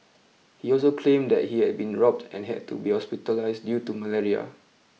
he also claimed that he had been robbed and had to be hospitalised due to malaria